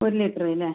ഒരു ലിറ്ററ് അല്ലേ